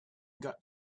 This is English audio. got